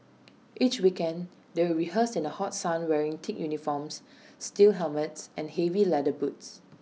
each weekend they would rehearse in the hot sun wearing thick uniforms steel helmets and heavy leather boots